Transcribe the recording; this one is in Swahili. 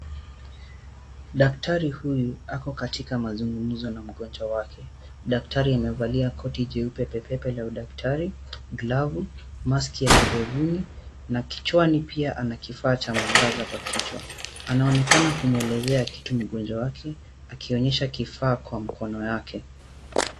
Daktari huyu ako katika mazungumzo na mgonjwa wake. Daktari amevalia koti jeupe pepepe la udaktari, glavu maski ya kidevuni na kichwani pia ana kifaa cha mwangaza kwa kichwa anaonekana kumwelezea kitu mgonjwa wake akionyesha kifaa kwa mikono yake.